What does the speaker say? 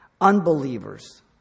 Unbelievers